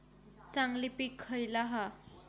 चांगली पीक खयला हा?